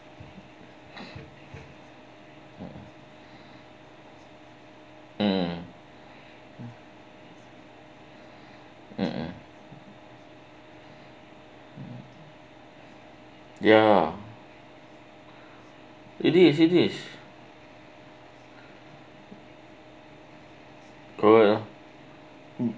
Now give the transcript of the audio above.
mm mmhmm ya is it is it this correct uh